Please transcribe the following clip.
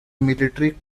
military